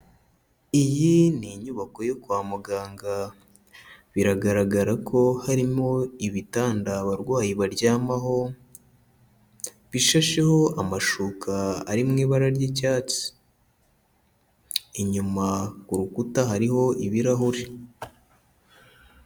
Iyi ni inyubako yo kwa muganga. Biragaragara ko harimo ibitanda abarwayi baryamaho, bishasheho amashuka ari mu ibara ry'icyatsi. Inyuma ku rukuta hariho ibirahure.